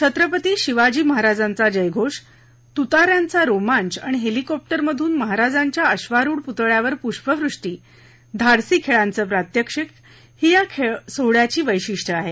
छत्रपती शिवाजी महाराजांचा जयघोष तृता यांचा रोमांच आणि हेलिकॉप्टरमध्न महाराजांच्या अश्वारुढ पृतळ्यावर पृष्पवृष्टी धाड्सी खेळांच प्रात्यक्षिक ही या सोहळ्याची वैशिष्ट्य आहेत